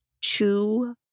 two